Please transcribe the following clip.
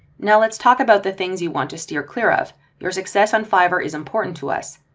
now let's talk about the things you want to steer clear of your success on fiverr is important to us.